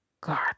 god